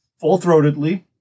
full-throatedly